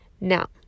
Now